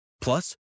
Plus